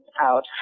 out